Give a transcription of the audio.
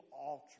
altar